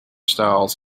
styles